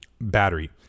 battery